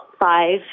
five